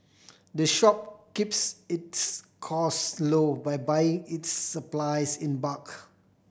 the shop keeps its costs low by buying its supplies in bulk